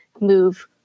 move